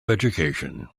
education